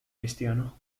cristiano